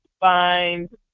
find